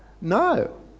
No